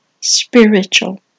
spiritual